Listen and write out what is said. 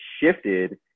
shifted